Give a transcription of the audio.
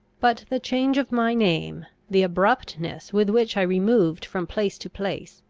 but the change of my name, the abruptness with which i removed from place to place,